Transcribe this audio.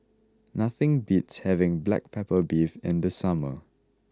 nothing beats having Black Pepper Beef in the summer